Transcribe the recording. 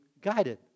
guided